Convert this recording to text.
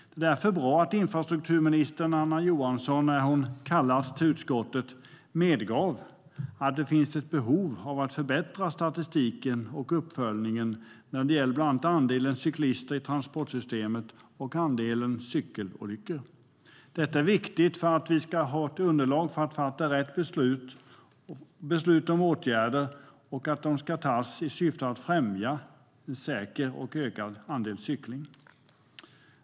Det är därför bra att infrastrukturminister Anna Johansson, när hon kallades till utskottet, medgav att det finns ett behov av att förbättra statistiken och uppföljningen när det gäller bland annat andelen cyklister i transportsystemet och andelen cykelolyckor. Detta är viktigt för att få underlag så att vi kan fatta rätt beslut om åtgärder för att främja mer och säker cykling.